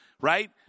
right